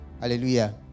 hallelujah